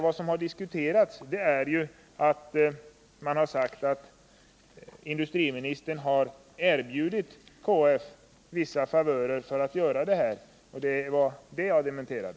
Vad som har diskuterats är att industriministern har erbjudit KF vissa favörer i detta sammanhang, och det var det som jag dementerade.